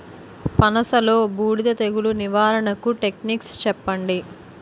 పనస లో బూడిద తెగులు నివారణకు టెక్నిక్స్ చెప్పండి?